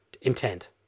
intent